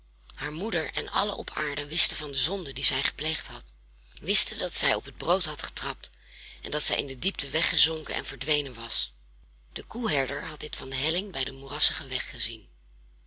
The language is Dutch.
haar moeder en allen op aarde wisten van de zonde die zij gepleegd had wisten dat zij op het brood had getrapt dat zij in de diepte weggezonken en verdwenen was de koeherder had dit van de helling bij den moerassigen weg gezien